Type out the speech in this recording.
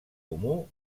comú